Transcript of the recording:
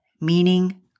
meaning